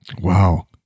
Wow